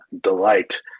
delight